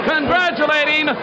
Congratulating